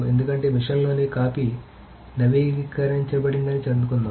ఎందుకంటే మెషిన్ లోని కాపీ నవీకరించబడిందని అనుకుందాం